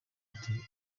ati